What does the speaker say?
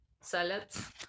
salads